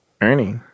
ernie